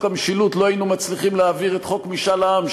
המשילות לא היינו מצליחים להעביר את חוק משאל העם,